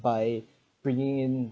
by bringing in